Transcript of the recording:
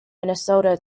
minnesota